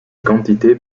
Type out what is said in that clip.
quantités